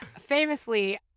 Famously